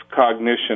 cognition